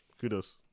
Kudos